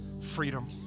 freedom